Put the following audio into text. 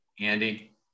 Andy